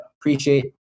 appreciate